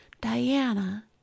Diana